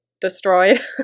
destroyed